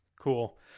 Cool